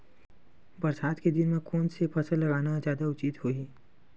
बरसात के दिन म कोन से फसल लगाना जादा उचित होही?